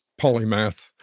polymath